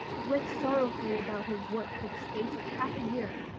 he went sorrowfully about his work for the space of half a year,